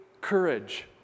courage